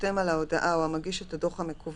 החותם על ההודעה או המגיש את הדוח המקוון